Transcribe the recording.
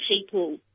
people